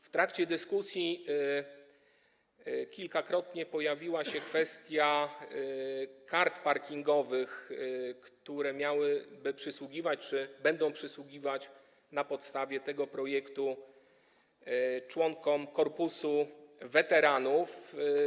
W trakcie dyskusji kilkukrotnie pojawiła się kwestia kart parkingowych, które miałyby przysługiwać czy będą przysługiwać na podstawie tego projektu członkom korpusu weteranów.